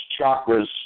chakras